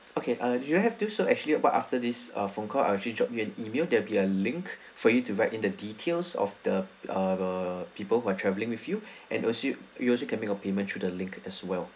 okay uh you have to do so actually but after this ah phone call I'll actually drop you an email there be a link for you to write in the details of the uh people who are travelling with you and assume~ you also can make a payment through the link as well